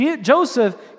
Joseph